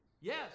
Yes